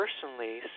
personally